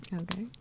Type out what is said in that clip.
Okay